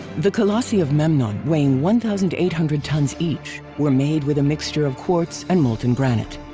the colossi of memnon weighing one thousand eight hundred tons each were made with a mixture of quartz and molten granite.